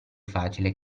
facile